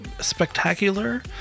spectacular